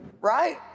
right